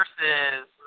versus